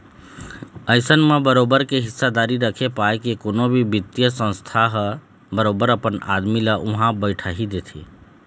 अइसन म बरोबर के हिस्सादारी रखे पाय के कोनो भी बित्तीय संस्था ह बरोबर अपन आदमी ल उहाँ बइठाही देथे